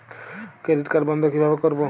Credit card বন্ধ কিভাবে করবো?